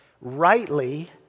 rightly